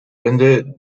vinden